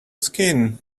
skin